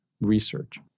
research